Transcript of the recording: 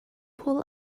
pool